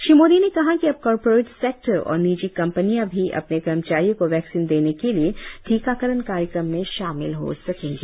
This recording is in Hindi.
श्री मोदी ने कहा कि अब कॉरपोरेट सेक्टर और निजी कंपनियां भी अपने कर्मचारियों को वैक्सीन देने के लिए टीकाकरण कार्यक्रम में शामिल हो सकेंगी